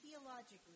theologically